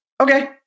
okay